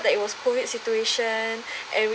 that it was COVID situation and we